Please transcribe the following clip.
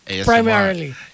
Primarily